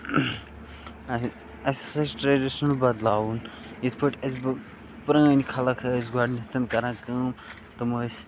اَسہِ اَسہِ ہسا چھِ ٹریڈِشَن بَدلاوُن یِتھ پٲٹھۍ اَسہِ پرٲنۍ خلق ٲسۍ گۄڈٕنیتھ کران کٲم تِم ٲسۍ